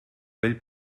vell